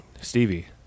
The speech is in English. Stevie